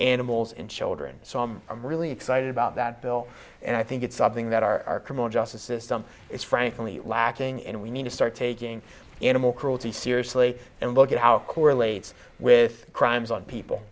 animals in children so i'm really excited about that bill and i think it's something that our criminal justice system is frankly lacking and we need to start taking animal cruelty seriously and look at how correlates with crimes on people